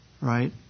right